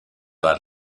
les